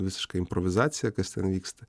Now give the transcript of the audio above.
visiška improvizacija kas ten vyksta